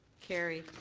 carried.